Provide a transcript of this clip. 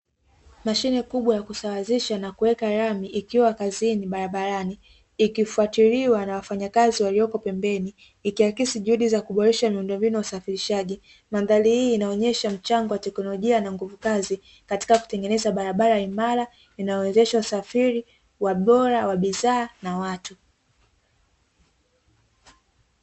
Mashine kubwa ya kusawazisha na kuweka lami ikiwa kazini barabarani, ikifuatiliwa na wafanyakazi walioko pembeni, ikiakisi juhudi za kuboresha miundombinu ya usafirishaji. Mandhari hii inaonyesha mchango wa teknolojia na nguvu kazi katika kutengeneza barabara imara, inayowezesha usafiri wa bora wa bidhaa na watu.